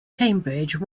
cambridge